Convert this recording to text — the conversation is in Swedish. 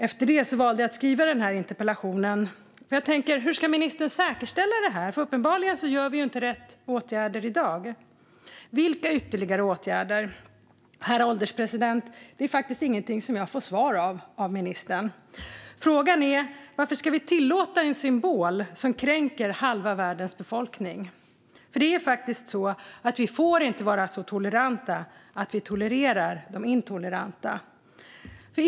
Efter det valde jag att skriva den här interpellationen, för jag undrar: Hur ska ministern säkerställa det här? Uppenbarligen gör vi nämligen inte rätt åtgärder i dag. Vilka ytterligare åtgärder krävs? Detta är faktiskt ingenting jag får svar på av ministern, herr ålderspresident. Frågan är: Varför ska vi tillåta en symbol som kränker halva världens befolkning? Vi får nämligen inte vara så toleranta att vi tolererar de intoleranta.